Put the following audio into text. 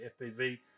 FPV